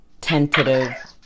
tentative